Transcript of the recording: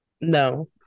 No